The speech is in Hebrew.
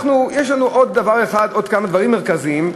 יש לנו עוד כמה דברים מרכזיים,